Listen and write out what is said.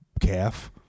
calf